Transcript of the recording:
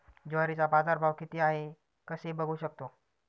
ज्वारीचा बाजारभाव किती आहे कसे बघू शकतो?